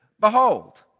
behold